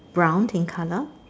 brown in color